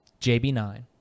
JB9